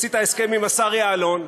עשית הסכם עם השר יעלון,